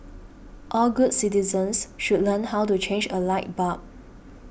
all good citizens should learn how to change a light bulb